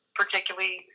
particularly